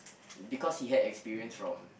because he had experience from